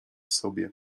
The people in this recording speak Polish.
sobie